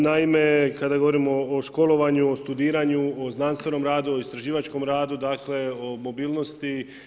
Naime, kada govorimo o školovanju, o studiranju, o znanstvenom radu, o istraživačkom radu, dakle o mobilnosti.